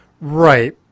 Right